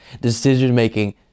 decision-making